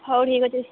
ହଉ ଠିକ୍ ଅଛି